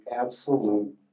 absolute